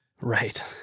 Right